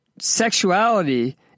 Sexuality